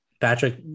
Patrick